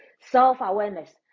self-awareness